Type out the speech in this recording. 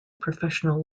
professional